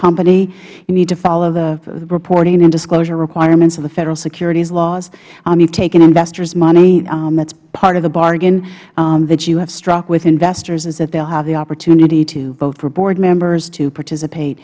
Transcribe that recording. company you need to follow the reporting and disclosure requirements of the federal securities laws you've taken investors money that is part of the bargain that you have struck with investors is that they'll have the opportunity both for board members to participate